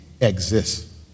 exists